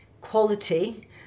quality